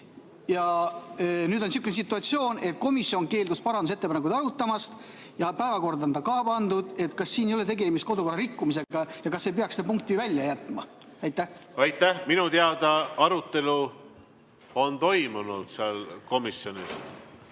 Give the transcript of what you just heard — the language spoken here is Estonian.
Nüüd on sihuke situatsioon, et komisjon keeldus parandusettepanekuid arutamast ja päevakorda on ta ka pandud – kas siin ei ole tegemist kodukorra[seaduse] rikkumisega ja kas ei peaks seda punkti välja jätma? Aitäh! Minu teada arutelu on toimunud seal komisjonis.